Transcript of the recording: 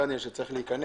התחלתי להגיד משפט